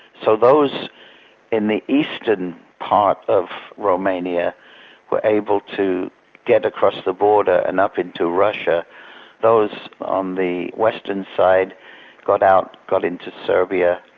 so those in the eastern part of romania were able to get across the border and up into russia those on the western side got out, got into serbia,